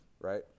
right